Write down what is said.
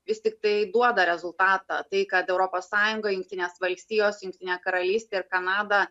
vis tiktai duoda rezultatą tai kad europos sąjunga jungtinės valstijos jungtinė karalystė ir kanada